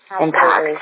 impact